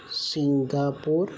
Singapore